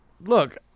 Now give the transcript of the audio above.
look